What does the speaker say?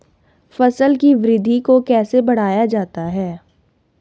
फसल की वृद्धि को कैसे बढ़ाया जाता हैं?